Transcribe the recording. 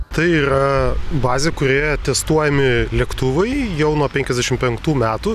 tai yra bazė kurioje testuojami lėktuvui jau nuo penkiasdešim penktų metų